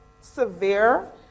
severe